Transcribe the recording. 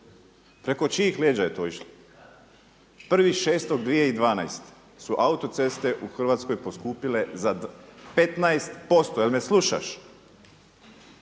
Preko čijih leđa je to išlo? 1.6.2012. su autoceste u Hrvatskoj poskupile za 15%. Je li me slušaš?